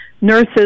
nurses